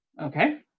Okay